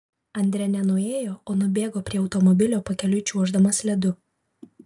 andre ne nuėjo o nubėgo prie automobilio pakeliui čiuoždamas ledu